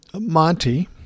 Monty